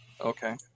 Okay